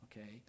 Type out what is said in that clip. Okay